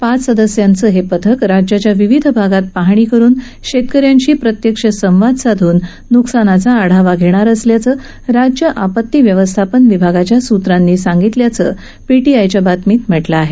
पाच सदस्यांचं हे पथक राज्याच्या विविध भागात पाहणी करून शेतकऱ्यांशी प्रत्यक्ष संवाद साधून नुकसानाचा आढावा घेणार असल्याचं राज्य आपती व्यवस्थापन विभागाच्या सूत्रांनी सांगितल्याचं पीटीआयच्या बातमीत म्हटलं आहे